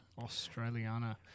Australiana